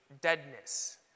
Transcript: deadness